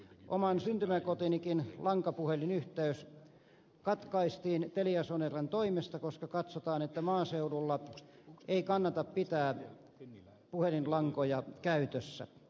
oman syntymäkotinikin lankapuhelinyhteys katkaistiin teliasoneran toimesta koska katsotaan että maaseudulla ei kannata pitää puhelinlankoja käytössä